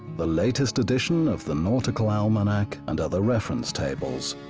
the latest edition of the nautical almanac, and other reference tables.